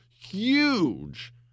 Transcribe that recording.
huge